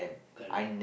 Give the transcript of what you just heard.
correct